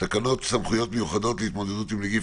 אני מעלה להצבעה הצעת תקנות סמכויות מיוחדות להתמודדות עם נגיף